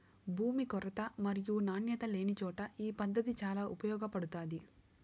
భూమి కొరత మరియు నాణ్యత లేనిచోట ఈ పద్దతి చాలా ఉపయోగపడుతాది